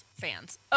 fans